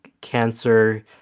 cancer